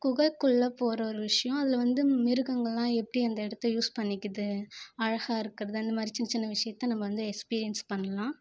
குகக்குள்ள போகிற ஒரு விஷயம் அதில் வந்து மிருகங்கள்லாம் எப்படி அந்த இடத்த யூஸ் பண்ணிக்குது அழகாக இருக்கிறது அந்தமாதிரி சின்ன சின்ன விஷயத்த நம்ம வந்து எக்ஸ்பீரியன்ஸ் பண்ணலாம்